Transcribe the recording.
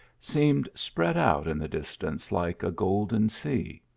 seemed spread out in the distance like a golden sea.